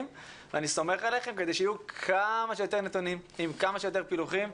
כדי שיהיו כמה שיותר נתונים עם כמה שיותר פילוחים.